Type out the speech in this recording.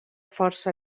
força